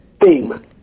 theme